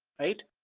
right?